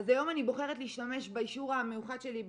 אז היום אני בוחרת להשתמש באישור המיוחד שלי,